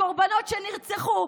לקורבנות שנרצחו.